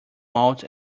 malt